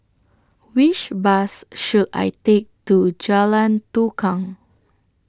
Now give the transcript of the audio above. Which Bus should I Take to Jalan Tukang